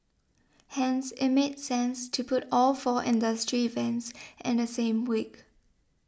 hence it made sense to put all four industry events in the same week